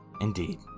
indeed